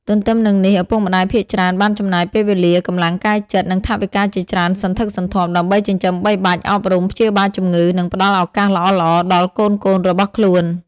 ទទ្ទឹមនឹងនេះ ឪពុកម្ដាយភាគច្រើនបានចំណាយពេលវេលា កម្លាំងកាយចិត្ត និងថវិកាជាច្រើនសន្ធឹកសន្ធាប់ ដើម្បីចិញ្ចឹមបីបាច់ អប់រំ ព្យាបាលជំងឺ និងផ្ដល់ឱកាសល្អៗដល់កូនៗរបស់ខ្លួន។